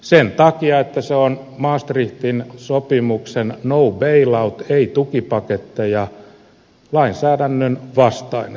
sen takia että se on maastrichtin sopimuksen no bail out ei tukipaketteja lainsäädännön vastainen